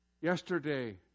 Yesterday